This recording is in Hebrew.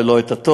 ולא את הטוב,